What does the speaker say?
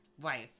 wife